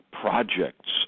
projects